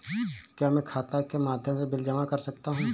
क्या मैं खाता के माध्यम से बिल जमा कर सकता हूँ?